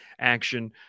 action